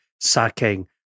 sacking